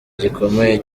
gikomeye